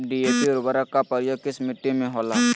DAP उर्वरक का प्रयोग किस मिट्टी में होला?